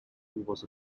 was